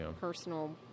personal